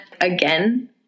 again